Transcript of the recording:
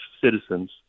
citizens